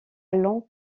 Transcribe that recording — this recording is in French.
longs